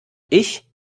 ich